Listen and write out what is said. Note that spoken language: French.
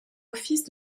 office